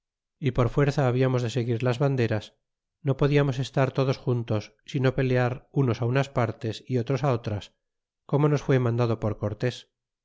y por fuerza habiamos de seguir las banderas no podiarnos estar todos juntos sino pelear unos unas partes y otros otras como nos am mandado por cortés